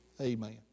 Amen